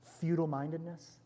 feudal-mindedness